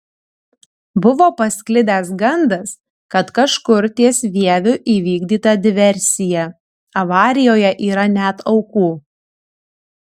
buvo pasklidęs gandas kad kažkur ties vieviu įvykdyta diversija avarijoje yra net aukų